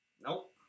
Nope